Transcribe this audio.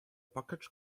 package